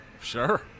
Sure